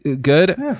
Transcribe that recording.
good